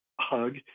hug